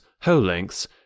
whole-lengths